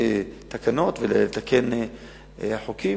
לתקן חקיקה,